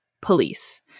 police